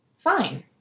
Fine